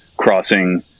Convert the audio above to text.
crossing